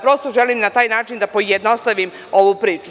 Prosto želim na taj način da pojednostavim ovu priču.